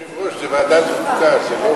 אדוני